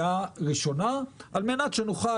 קריאה ראשונה על מנת שנוכל,